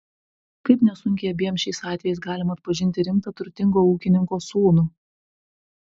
kaip nesunkiai abiem šiais atvejais galima atpažinti rimtą turtingo ūkininko sūnų